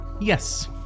Yes